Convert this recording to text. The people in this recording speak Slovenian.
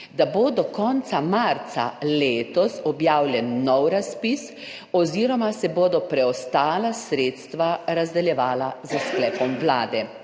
da bo do konca marca letos objavljen nov razpis oziroma se bodo preostala sredstva razdeljevala s sklepom Vlade.